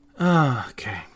okay